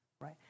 right